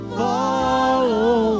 follow